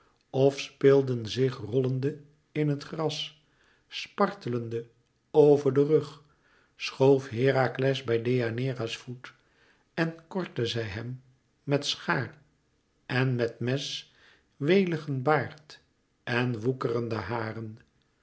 of speelden zich rollende in het gras spartelende over den rug schoof herakles bij deianeira's voet en kortte zij hem met schaar en met mes weligen baard en woekerende haren